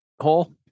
hole